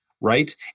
right